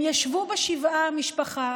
הם ישבו בשבעה, המשפחה,